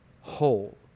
whole